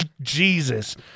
Jesus